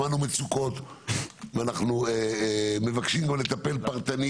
שמענו מצוקות ואנחנו מבקשים גם לטפל פרטני